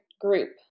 group